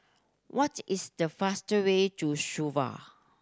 what is the faster way to Suva